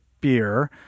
beer